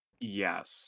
Yes